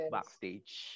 Backstage